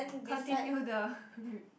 continue the r~